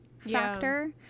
factor